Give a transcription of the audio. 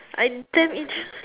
I damn